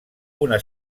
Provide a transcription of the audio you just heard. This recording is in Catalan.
una